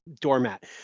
doormat